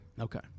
okay